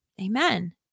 Amen